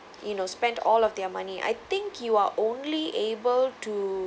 you know spend all of their money I think you are only able to